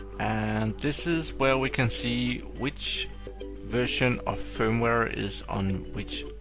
and this is where we can see which version of firmware is on which